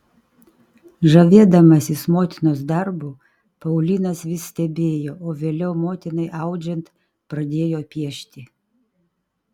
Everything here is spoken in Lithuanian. žavėdamasis motinos darbu paulinas vis stebėjo o vėliau motinai audžiant pradėjo piešti